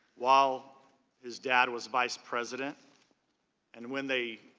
while his dad was veuz president and when they